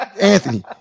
Anthony